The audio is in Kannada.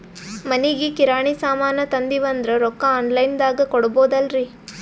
ಮನಿಗಿ ಕಿರಾಣಿ ಸಾಮಾನ ತಂದಿವಂದ್ರ ರೊಕ್ಕ ಆನ್ ಲೈನ್ ದಾಗ ಕೊಡ್ಬೋದಲ್ರಿ?